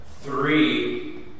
three